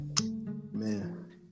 man